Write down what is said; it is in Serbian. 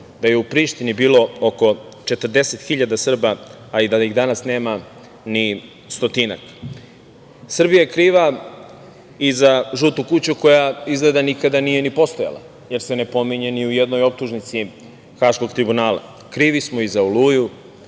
da je u Prištini bilo oko 40 hiljada Srba, a da ih danas nema ni stotinak. Srbija je kriva i za Žutu kuću koja izgleda nikada nije ni postojala, jer se ni pominje ni u jednoj optužnici Haškog tribunala. Krivi smo i za Oluju,